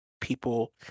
people